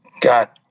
got